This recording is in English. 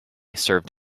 served